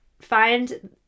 find